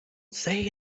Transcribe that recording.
say